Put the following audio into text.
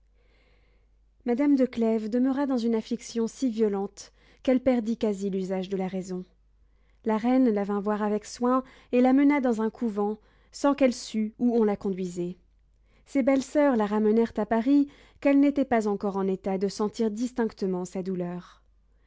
madame de clèves demeura dans une affliction si violente qu'elle perdit quasi l'usage de la raison la reine la vint voir avec soin et la mena dans un couvent sans qu'elle sût où on la conduisait ses belles soeurs la ramenèrent à paris qu'elle n'était pas encore en état de sentir distinctement sa douleur